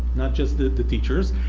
not just the the teachers.